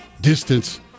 distance